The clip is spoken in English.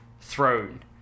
throne